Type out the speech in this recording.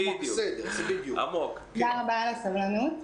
תודה רבה על הסבלנות.